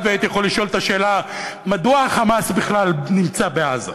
והייתי יכול לשאול את השאלה מדוע ה"חמאס" בכלל נמצא בעזה.